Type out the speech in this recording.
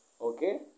okay